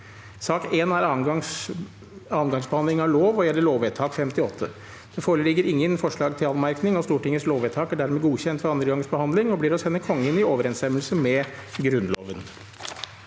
nr. 1 er andre gangs behandling av lov og gjelder lovvedtak 58. Det foreligger ingen forslag til anmerkning. Stortingets lovvedtak er dermed godkjent ved andre gangs behandling og blir å sende Kongen i overensstemmelse med Grunnloven.